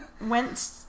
went